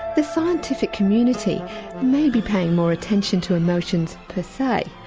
the scientific community may be paying more attention to notions per se,